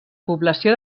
població